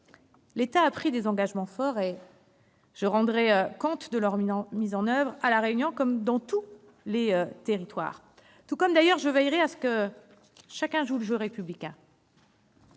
L'État a pris des engagements forts et je rendrai compte de leur mise en oeuvre à La Réunion et dans tous les territoires, tout comme je veillerai d'ailleurs à ce que chacun joue le jeu républicain.